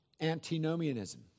antinomianism